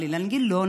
על אילן גילאון,